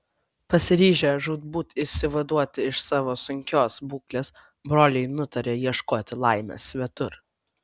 pasiryžę žūtbūt išsivaduoti iš savo sunkios būklės broliai nutarė ieškoti laimės svetur